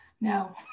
No